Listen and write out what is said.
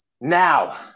Now